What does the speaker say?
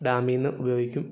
ഡാമിൽ നിന്ന് ഉപയോഗിക്കും